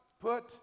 put